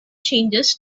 changes